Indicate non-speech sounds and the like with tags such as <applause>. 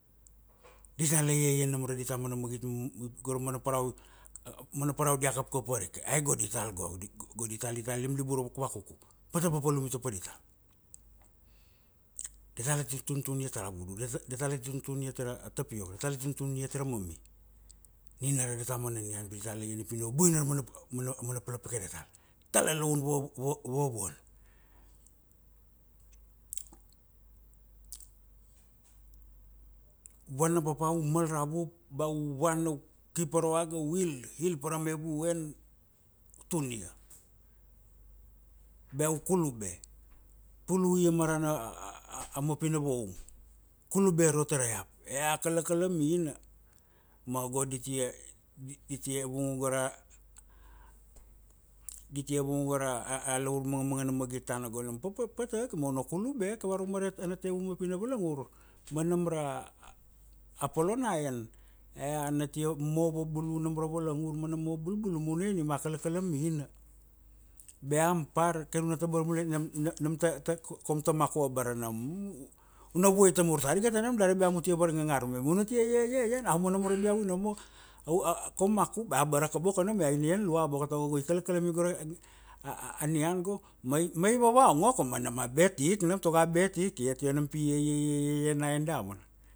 ditala iaian nam ra adita mana magit gora mana parau mana parau dita kapkap varike ai go dital go dital go dita liblibur wakuku pata papalum i topa dital. ditala tia tuntun iat ra vudu, datala ti tuntun iat ra tapiok, datala ti tuntun iat ra mami, nina ra adata mana nian pi datala ian ia pi na waboina pa ra mana palapake datal. datala laun wa wa wavuan. Vana papa u mal ra vup, ba u vana u kip pa ra oaga, u il, il pa ram evu en, tunia. ba u kulube. puluia ma rana <hesitation> mapina voum, kulube aro tara iap. ea a kalakalaamina mago di tia vung uga ra di tia vung uga ra <hesitation> lavur mangamangana magit tana go papa pataga ma una kulube eke warung ma marana tevu mapina valangur ma nam ra polo na en ea na tia mo vabulu nam ra valangur ma na mo bulbulu ma una ian ia ma a kalakalami ina bea am par, kir una tabar mule nam na nam ta ta ko kaum ta maku abara nam <hesitation> una vuai tamur tariga ta nam dari ba amu tia warngangar me ma una tia iaiaian au ma namo ra biavui nomo <hesitation> kaum maku ba abaraka boko nam iau ina ian lua boko tago go i kalakalami go ra <hesitation> a nian go ma i vavaongoko ma nam a bet ik nam. tago a bet ik iat io nam pi i iaiaiaiaian na en damana.